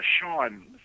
sean